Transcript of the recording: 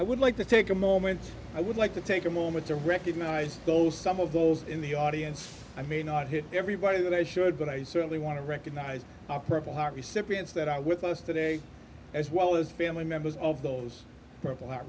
i would like to take a moment i would like to take a moment to recognize both some of those in the audience i may not hit everybody that i should but i certainly want to recognize a purple heart recipients that are with us today as well as family members of those purple heart